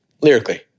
Lyrically